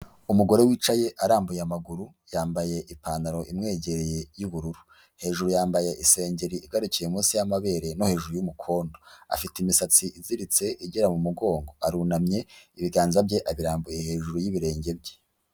Umugore wicaye arambuye amaguru yambaye ipantaro imwegereye y'ubururu, hejuru yambaye isengeri igarukiye munsi y'amabere no hejuru y'umukondo, afite imisatsi iziritse igera mu mugongo, arunamye ibiganza bye abirambuye hejuru y'ibirenge bye.